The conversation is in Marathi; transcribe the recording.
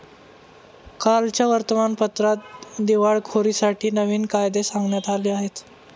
कालच्या वर्तमानपत्रात दिवाळखोरीसाठी नवीन कायदे सांगण्यात आले आहेत